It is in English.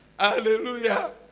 Hallelujah